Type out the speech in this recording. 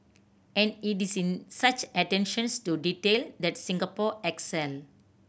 and it is in such attentions to detail that Singapore excel